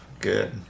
good